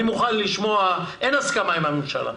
אין הסכמה עם הממשלה.